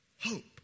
Hope